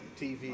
TV